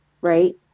right